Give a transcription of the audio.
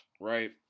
right